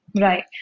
Right